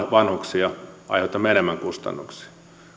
vanhuksia aiheutamme enemmän kustannuksia